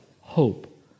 hope